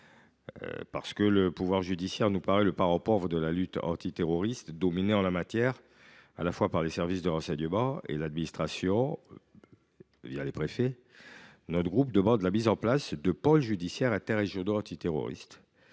Parce que le pouvoir judiciaire nous paraît le parent pauvre de la lutte antiterroriste, dominé en la matière à la fois par les services de renseignement et l’administration, les préfets, notre groupe demande la mise en place de pôles judiciaires interrégionaux antiterroristes,